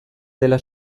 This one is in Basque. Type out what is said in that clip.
dela